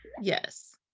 Yes